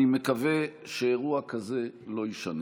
אני מקווה שאירוע כזה לא יישנה.